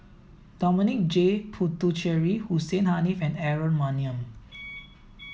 Dominic J Puthucheary Hussein Haniff and Aaron Maniam